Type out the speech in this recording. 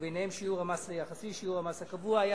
וביניהם שיעור המס היחסי ושיעור המס הקבוע.